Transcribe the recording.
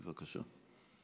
בבקשה.